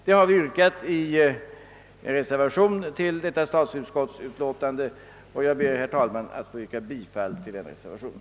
Det har vi yrkat i reservationen till statsutskottets utlåtande nr 108. Jag ber, herr talman, att få yrka bifall till denna reservation.